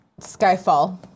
Skyfall